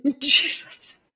Jesus